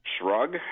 shrug